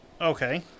Okay